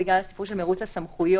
בגלל הסיפור של מרוץ הסמכויות,